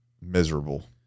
miserable